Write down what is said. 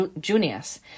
Junius